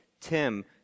Tim